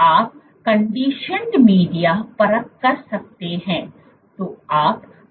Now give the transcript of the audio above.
आप conditioned media परख कर सकते हैं